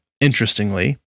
interestingly